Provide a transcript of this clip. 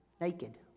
naked